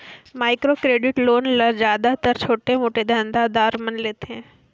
micro credit loan ल जादातर छोटे मोटे धंधा दार मन लेथें